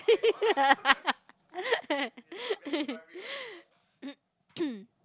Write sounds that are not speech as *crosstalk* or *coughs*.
*laughs* *coughs*